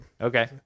Okay